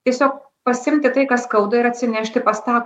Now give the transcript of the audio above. tiesiog pasiimti tai ką skauda ir atsinešti pas tą